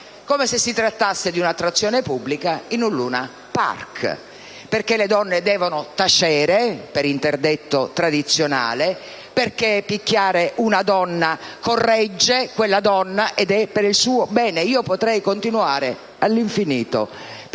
come se si trattasse di un'attrazione pubblica in un luna park; perché le donne devono tacere per interdetto tradizionale; perché picchiare una donna corregge quella donna ed è per il suo bene. Potrei continuare all'infinito.